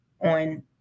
on